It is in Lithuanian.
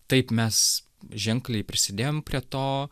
taip mes ženkliai prisidėjom prie to